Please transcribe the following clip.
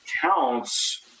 counts